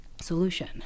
solution